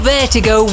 Vertigo